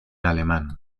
alemán